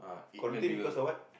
quarantine because of what